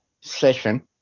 session